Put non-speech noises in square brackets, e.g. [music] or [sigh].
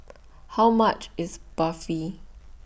[noise] How much IS Barfi